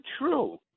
true